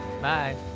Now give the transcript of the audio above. Bye